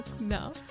No